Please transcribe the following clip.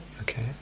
okay